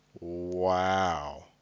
Wow